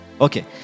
Okay